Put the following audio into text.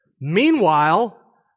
Meanwhile